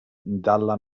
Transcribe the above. dalla